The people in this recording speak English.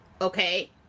Okay